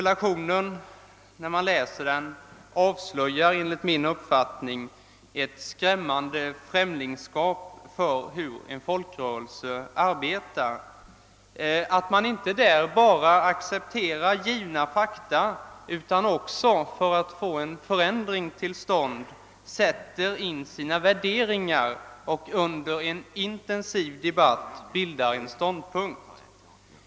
Läsning av interpellationen avslöjar enligt min mening ett skrämmande främlingskap för hur en folkrörelse arbetar. Interpellanten tycks inte förstå att man där inte bara arbetar med givna fakta, utan också — för att få en förändring till stånd — sätter in sina värderingar och under en intensiv debatt försöker ta ställning.